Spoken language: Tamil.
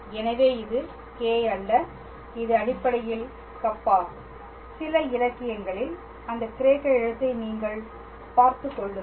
எனவே இது கே அல்ல இது அடிப்படையில் கப்பா சில இலக்கியங்களில் அந்த கிரேக்க எழுத்தை நீங்கள் பார்த்துக் கொள்ளுங்கள்